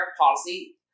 policy